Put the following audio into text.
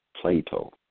Plato